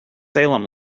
salem